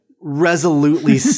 resolutely